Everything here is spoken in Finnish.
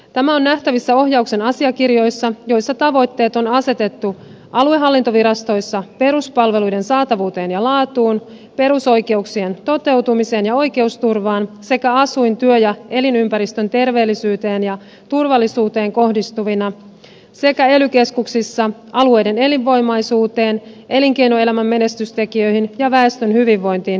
tämä on nähtävissä ohjauksen asiakirjoissa joissa tavoitteet on asetettu aluehallintovirastoissa peruspalvelujen saatavuuteen ja laatuun perusoikeuksien toteutumiseen ja oikeusturvaan sekä asuin työ ja elinympäristön terveellisyyteen ja turvallisuuteen kohdistuvina sekä ely keskuksissa alueiden elinvoimaisuuteen elinkeinoelämän menestystekijöihin ja väestön hyvinvointiin kohdistuvina tavoitteina